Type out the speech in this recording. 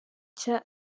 cya